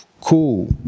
cool